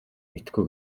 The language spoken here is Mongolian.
мэдэхгүй